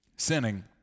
sinning